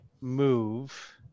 move